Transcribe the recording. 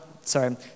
sorry